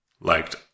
liked